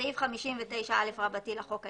בסעיף 59א לחוק העיקרי,